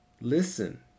listen